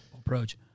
approach